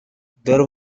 there